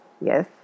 yes